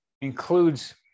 includes